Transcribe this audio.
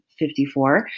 54